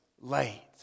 late